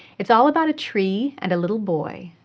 it's all about a tree and a little boy.